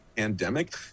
pandemic